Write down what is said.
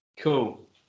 Cool